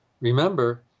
remember